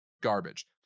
garbage